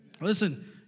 Listen